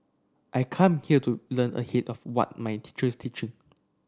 I come here to learn ahead of what my teacher is teaching